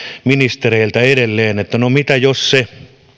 ministereiltä edelleen mitä jos se